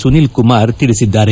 ಸುನಿಲ್ಕುಮಾರ್ ತಿಳಿಸಿದ್ದಾರೆ